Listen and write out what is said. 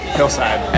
Hillside